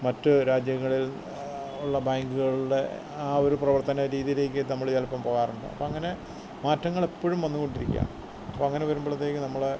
മറ്റ് രാജ്യങ്ങളില് ഉള്ള ബാങ്ക്കളുടെ ആ ഒരു പ്രവര്ത്തന രീതിയിലേക്ക് നമ്മൾ ചിലപ്പം പോവാറുണ്ട് അപ്പം അങ്ങനെ മാറ്റങ്ങളെപ്പോഴും വന്ന് കൊണ്ടിരിക്കുവാണ് അപ്പം അങ്ങനെ വരുമ്പോഴത്തേക്കും നമ്മൾ